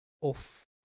off